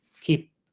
keep